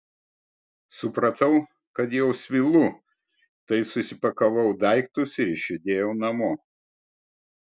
supratau kad jau svylu tai susipakavau daiktus ir išjudėjau namo